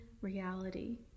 reality